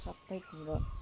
सबै कुरो